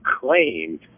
claimed